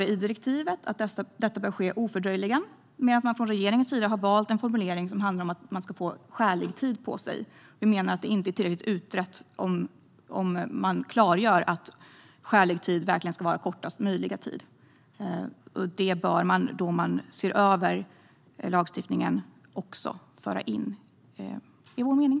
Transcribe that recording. Det står i direktivet att detta bör ske ofördröjligen, men regeringen har valt en formulering som innebär att man ska få skälig tid på sig. Vi menar att det inte är tillräckligt utrett om det klargörs att skälig tid verkligen ska vara kortast möjliga tid. Detta bör också föras in när lagstiftningen ses över, enligt vår mening.